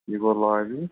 یہِ گوٚو لابۍ